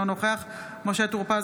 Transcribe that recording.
אינו נוכח משה טור פז,